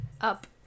up